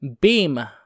Beam